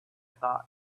thought